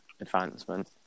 advancement